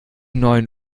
neuen